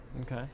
okay